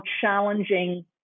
challenging